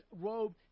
robe